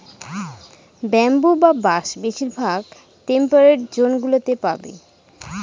bamboo বা বাঁশ বেশিরভাগ টেম্পারড জোন গুলোতে পাবে